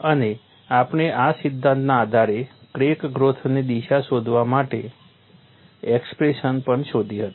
અને આપણે આ સિદ્ધાંતના આધારે ક્રેક ગ્રોથની દિશા શોધવા માટે એક્સપ્રેશન પણ શોધી હતી